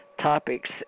topics